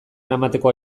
eramateko